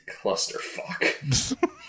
clusterfuck